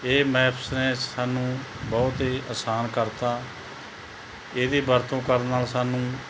ਇਹ ਮੈਪਸ ਨੇ ਸਾਨੂੰ ਬਹੁਤ ਹੀ ਅਸਾਨ ਕਰਤਾ ਇਹਦੀ ਵਰਤੋਂ ਕਰਨ ਨਾਲ ਸਾਨੂੰ